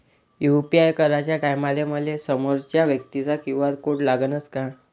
UPI कराच्या टायमाले मले समोरच्या व्यक्तीचा क्यू.आर कोड लागनच का?